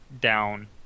down